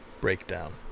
breakdown